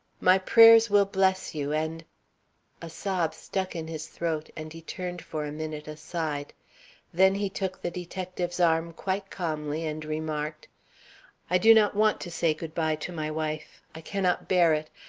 my prayers will bless you and a sob stuck in his throat, and he turned for a minute aside then he took the detective's arm quite calmly and remarked i do not want to say good-by to my wife. i cannot bear it.